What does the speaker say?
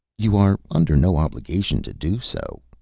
you are under no obligation to do so,